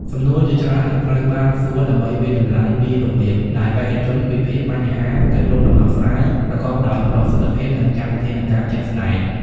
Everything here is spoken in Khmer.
សំណួរជាច្រើននឹងត្រូវបានសួរដើម្បីវាយតម្លៃពីរបៀបដែលបេក្ខជនវិភាគបញ្ហា គិតរកដំណោះស្រាយប្រកបដោយប្រសិទ្ធភាព និងចាត់វិធានការជាក់ស្តែង។